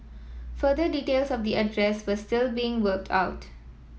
further details of the address were still being worked out